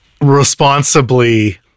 responsibly